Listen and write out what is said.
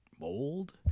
mold